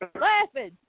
Laughing